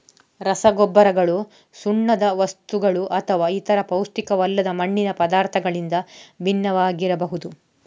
ರಸಗೊಬ್ಬರಗಳು ಸುಣ್ಣದ ವಸ್ತುಗಳುಅಥವಾ ಇತರ ಪೌಷ್ಟಿಕವಲ್ಲದ ಮಣ್ಣಿನ ಪದಾರ್ಥಗಳಿಂದ ಭಿನ್ನವಾಗಿರಬಹುದು